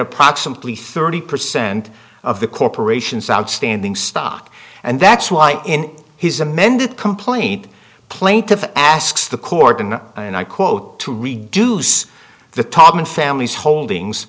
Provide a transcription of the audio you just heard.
approximately thirty percent of the corporation's outstanding stock and that's why in his amended complaint plaintiff asks the court and i quote to reduce the todman family's holdings